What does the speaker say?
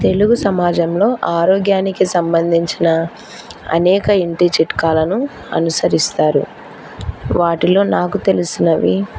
తెలుగు సమాజంలో ఆరోగ్యానికి సంబంధించిన అనేక ఇంటి చిట్కాలను అనుసరిస్తారు వాటిలో నాకు తెలిసినవి